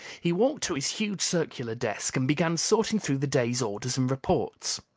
he walked to his huge circular desk and began sorting through the day's orders and reports.